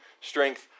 strength